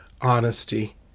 honesty